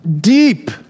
deep